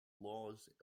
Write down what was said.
laws